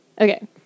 Okay